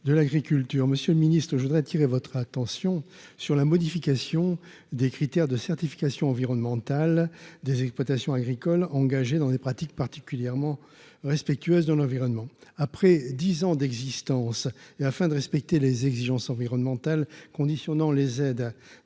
Monsieur le Ministre, je voudrais attirer votre attention sur la modification des critères de certification environnementale des exploitations agricoles dans des pratiques particulièrement respectueuse de l'environnement, après 10 ans d'existence, et afin de respecter les exigences environnementales conditionnant les aides